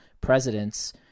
presidents